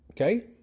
Okay